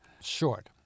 Short